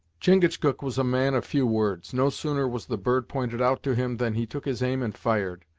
chingachgook was a man of few words. no sooner was the bird pointed out to him than he took his aim and fired.